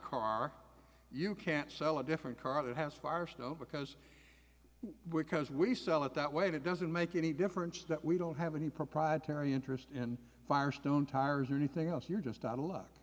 car you can't sell a different car that has far still because we're because we sell it that way that doesn't make any difference that we don't have any proprietary interest in firestone tires or anything else you're just out of luck